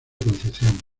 concepción